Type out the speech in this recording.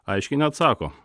aiškiai neatsako